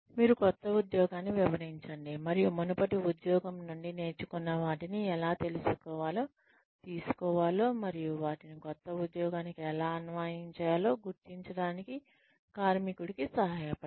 మీరు క్రొత్త ఉద్యోగాన్ని వివరించండి మరియు మునుపటి ఉద్యోగం నుండి నేర్చుకున్న వాటిని ఎలా తీసుకోవాలో మరియు వాటిని కొత్త ఉద్యోగానికి ఎలా అన్వయించవచ్చో గుర్తించడానికి కార్మికుడికి సహాయపడండి